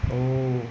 oh